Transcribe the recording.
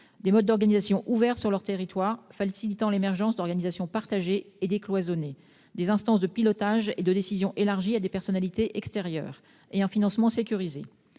des modes d'organisation ouverts sur leur territoire facilitant l'émergence d'organisations partagées et décloisonnées, des instances de pilotage et de décision élargies à des personnalités extérieures et un financement sécurisé.